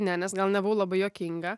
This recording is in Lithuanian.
ne nes gal nebuvau labai juokinga